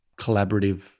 collaborative